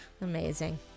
amazing